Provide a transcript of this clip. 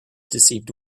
deceived